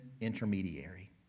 intermediary